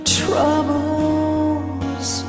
troubles